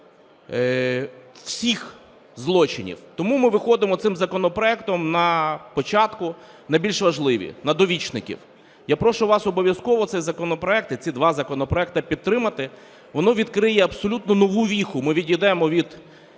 всіх злочинів, тому ми виходимо цим законопроектом на початку на більш важливі, на "довічників". Я прошу вас обов'язково цей законопроект, ці два законопроекти, підтримати. Воно відкриє абсолютно нову віху, ми відійдемо від